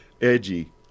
edgy